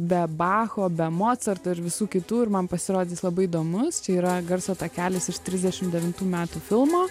be bacho be mocarto ir visų kitų ir man pasirodė jis labai įdomus čia yra garso takelis iš trisdešimt devintų metų filmo